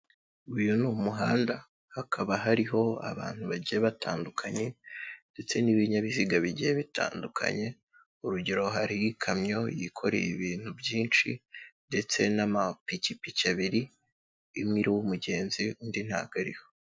Uyu ni umuhanda, hakaba hariho abantu bagiye batandukanye ndetse n'ibinyabiziga bigiye bitandukanye, urugero hari ikamyo yikoreye ibintu byinshi ndetse n'amapikipiki abiri, imwe iriho umugenzi indi ntago ariho.